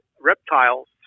reptiles